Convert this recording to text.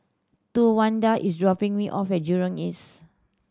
Towanda is dropping me off at Jurong East